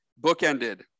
bookended